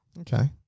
Okay